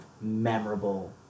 memorable